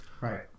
Right